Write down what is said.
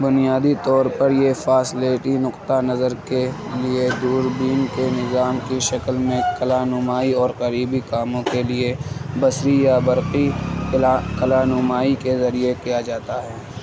بنیادی طور پر یہ فاصلاتی نقطہ نظر کے لیے دوربین کے نظام کی شکل میں کلاں نمائی اور قریبی کاموں کے لیے بصری یا برقی کلا کلاں نمائی کے ذریعے کیا جاتا ہے